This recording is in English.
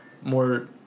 more